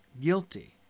guilty